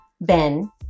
Ben